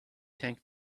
tank